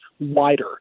wider